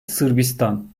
sırbistan